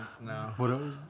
No